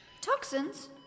Toxins